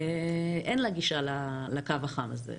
אין גישה לקו החם הזה.